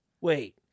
Wait